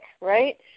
right